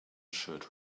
shirt